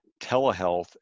telehealth